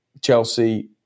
Chelsea